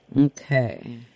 Okay